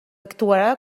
actuarà